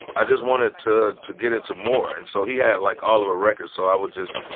i just wanted to to get into more. and so he had like all of a record. so i would just,